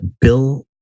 Bill